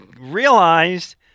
realized